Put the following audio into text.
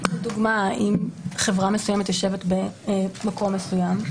אם חברה מסוימת יושבת במקום מסוים,